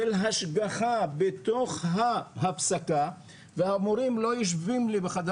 של השגחה בתוך ההפסקה והמורים לא יושבים לי בחדר